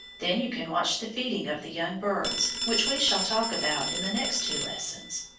then you can watch the feeding of the young birds, which we shall talk about in the next two lessons.